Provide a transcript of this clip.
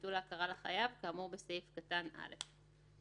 ביטול ההכרה לחייב כאמור בסעיף קטן (א).